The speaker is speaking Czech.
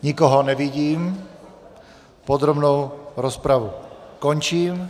Nikoho nevidím, podrobnou rozpravu končím.